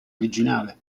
originale